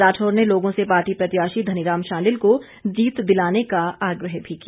राठौर ने लोगों से पार्टी प्रत्याशी धनीराम शांडिल को जीत दिलाने का आग्रह भी किया